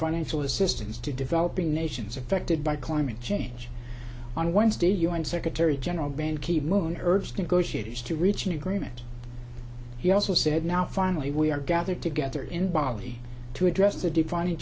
financial assistance to developing nations affected by climate change on wednesday u n secretary general ban ki moon urged negotiators to reach an agreement he also said now finally we are gathered together in bali to address the defining